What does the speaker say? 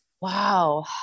Wow